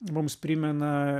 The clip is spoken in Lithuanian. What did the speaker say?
mums primena